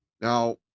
Now